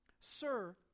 Sir